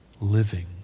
living